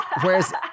whereas